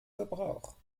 gebrauch